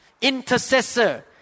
intercessor